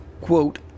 Quote